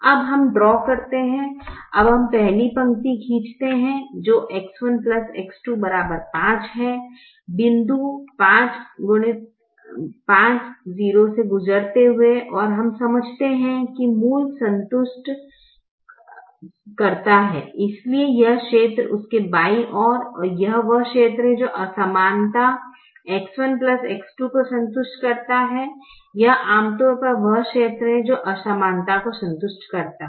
अब हम ड्रा करते हैं अब हम पहली पंक्ति खींचते हैं जो X1 X2 5 है बिंदु 50 से गुजरते हुए और हम समझते हैं कि मूल संतुष्ट करता है इसलिए यह क्षेत्र इसके बाईं ओर यह वह क्षेत्र है जो असमानता X1 X2 को संतुष्ट करता है यह आमतौर पर वह क्षेत्र है जो असमानता को संतुष्ट करता है